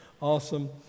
Awesome